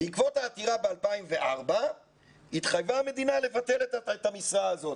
בעקבות העתירה ב-2004 התחייבה המדינה לבטל את המשרה הזאת.